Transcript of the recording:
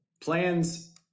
plans